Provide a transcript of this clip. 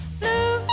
blue